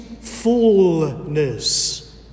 fullness